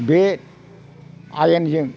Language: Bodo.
बे आइनजों